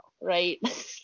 right